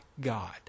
God